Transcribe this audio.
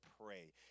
pray